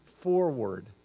forward